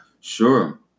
Sure